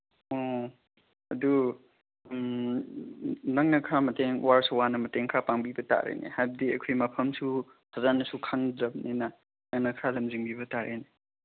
ꯑꯣ ꯑꯗꯨ ꯅꯪꯅ ꯈꯔ ꯃꯇꯦꯡ ꯋꯥꯔꯁꯨ ꯋꯥꯅ ꯃꯇꯦꯡ ꯄꯥꯡꯕꯤꯕ ꯇꯥꯔꯦꯅꯦ ꯍꯥꯏꯕꯗꯤ ꯑꯩꯈꯣꯏ ꯃꯐꯝꯁꯨ ꯐꯖꯅꯁꯨ ꯈꯪꯗ꯭ꯔꯝꯅꯤꯅ ꯅꯪꯅ ꯈꯔ ꯂꯝꯖꯤꯡꯕꯤꯕ ꯇꯥꯔꯦꯅꯦ